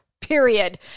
period